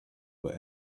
but